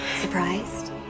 surprised